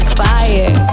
fire